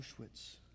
Auschwitz